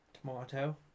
Tomato